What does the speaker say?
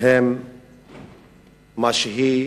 הוא מה שהיא